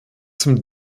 zum